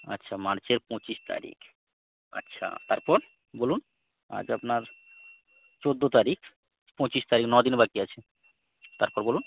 আচ্ছা মার্চের পঁচিশ তারিখ আচ্ছা তারপর বলুন আজ আপনার চোদ্দো তারিখ পঁচিশ তারিখ নদিন বাকি আছে তারপর বলুন